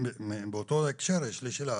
באותו הקשר יש לי שאלה,